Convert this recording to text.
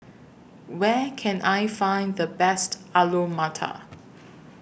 Where Can I Find The Best Alu Matar